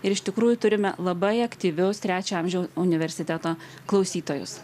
ir iš tikrųjų turime labai aktyvius trečio amžiau universiteto klausytojus